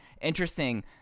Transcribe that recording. interesting